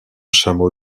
chameau